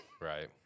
right